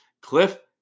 cliff